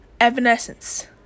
Evanescence